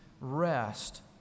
rest